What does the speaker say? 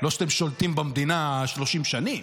לא שאתם שולטים במדינה 30 שנים.